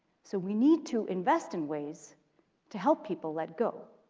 so we need to invest in ways to help people let go.